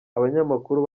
abanyamakuru